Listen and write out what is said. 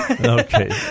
Okay